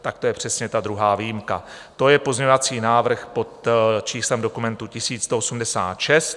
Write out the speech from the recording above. Tak to je přesně ta druhá výjimka, to je pozměňovací návrh pod číslem dokumentu 1186.